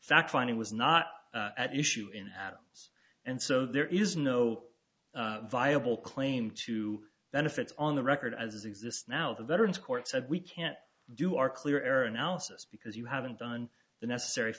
fact finding was not at issue in atoms and so there is no viable claim to benefits on the record as exists now the veterans court said we can't do our clear air analysis because you haven't done the necessary